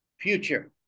future